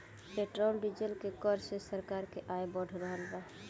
petrol diesel के कर से सरकार के आय बढ़ रहल बा